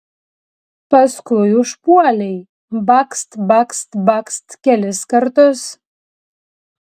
paskui užpuolei bakst bakst bakst kelis kartus